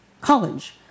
college